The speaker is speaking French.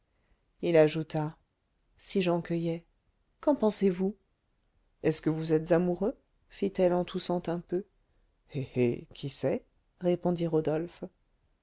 il ajouta si j'en cueillais qu'en pensez-vous est-ce que vous êtes amoureux fit-elle en toussant un peu eh eh qui sait répondit rodolphe